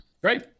Great